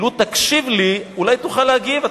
לו תקשיב לי, אולי תוכל להגיב.